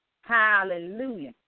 Hallelujah